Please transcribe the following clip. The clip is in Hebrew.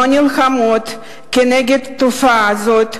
מדוע המדינה לא נלחמת כנגד תופעה זו,